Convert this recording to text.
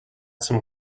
some